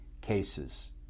cases